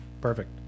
perfect